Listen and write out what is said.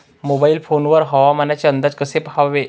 Mobile phone वर हवामानाचे अंदाज कसे पहावे?